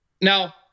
Now